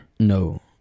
No